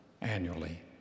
annually